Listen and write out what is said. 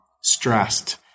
stressed